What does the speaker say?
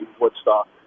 Woodstock